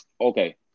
okay